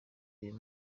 uyu